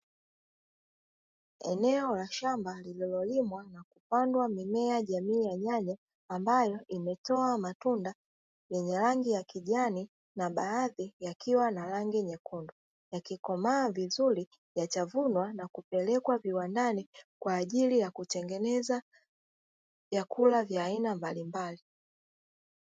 Eneo la shamba lililolimwa na kupandwa mimea jamii ya nyanya, ambayo imetoa matunda yenye rangi ya kijani na baadhi yakiwa na rangi nyekundu. Yakikomaa vizuri yatavunwa na kupelekwa viwandani kwa ajili ya kutengeneza vyakula vya aina mbalimbali.